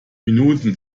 minuten